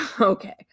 okay